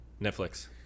Netflix